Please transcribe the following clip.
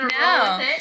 No